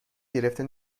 گرفته